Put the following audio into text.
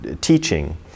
teaching